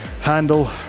handle